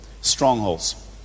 strongholds